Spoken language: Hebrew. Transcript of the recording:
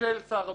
של שר הביטחון.